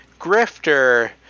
grifter